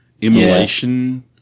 Immolation